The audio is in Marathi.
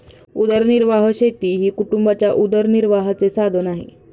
उदरनिर्वाह शेती हे कुटुंबाच्या उदरनिर्वाहाचे साधन आहे